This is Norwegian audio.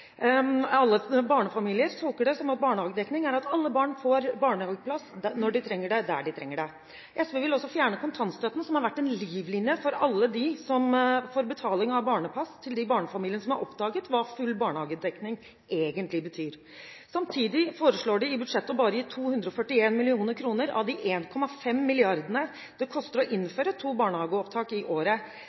Alle barnefamilier tolker «barnehagedekning» som at alle barn får barnehageplass dersom de trenger det, der de trenger det. SV vil også fjerne kontantstøtten, som har vært en livlinje for alle dem som får betaling for barnepass, til de barnefamiliene som har oppdaget hva full barnehagedekning egentlig betyr. Samtidig foreslår de i budsjettet bare å gi 241 mill. kr av de 1,5 mrd. kr det koster å innføre to barnehageopptak i året.